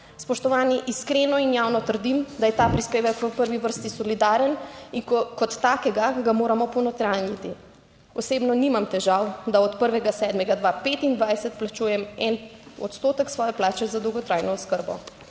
Spoštovani, iskreno in javno trdim, da je ta prispevek v prvi vrsti solidaren in kot takega ga moramo ponotranjiti. Osebno nimam težav, da od 1. 7. 2025 plačujem en odstotek svoje plače za dolgotrajno oskrbo.